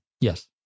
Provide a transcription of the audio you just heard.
Yes